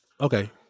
Okay